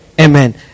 Amen